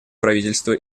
правительство